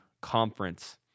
Conference